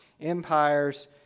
empires